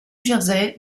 jersey